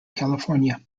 california